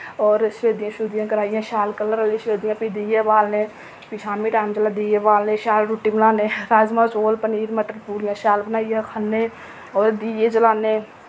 और सफेदियां शफुदियां कराइयै शैल कलर आह्ली सफेदियां फ्ही दिये बालने फ्ही शाम्मीं टैम जिल्लै दिये बालने शैल रुट्टी बनाने राजमांह् चौल पनीर मटर पूड़ियां शैल बनाइयै खन्ने और दिये जलाने